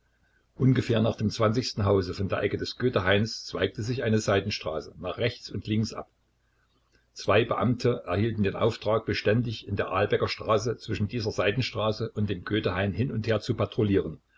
ungefähr nach dem hause von der ecke des goethehains zweigte sich eine seitenstraße nach rechts und links ab zwei beamte erhielten den auftrag beständig in der ahlbecker straße zwischen dieser seitenstraße und dem goethehain hin und her zu patrouillieren